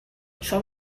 shall